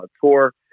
tour